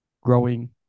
growing